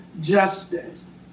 justice